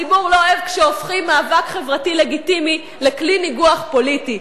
הציבור לא אוהב כשהופכים מאבק חברתי לגיטימי לכלי ניגוח פוליטי.